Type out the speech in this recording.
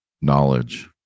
knowledge